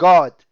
God